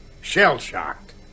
Shell-shocked